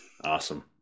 Awesome